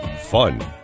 Fun